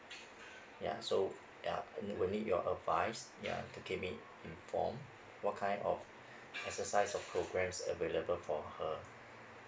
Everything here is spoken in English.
ya so ya I will need your advice ya to keep me informed what kind of exercise or programs available for her